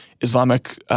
Islamic